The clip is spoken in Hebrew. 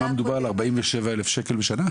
מדובר ב-47,000 שקלים בשנה?